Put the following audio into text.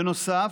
בנוסף,